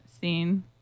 Scene